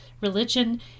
religion